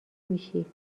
میشی